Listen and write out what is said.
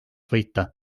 võita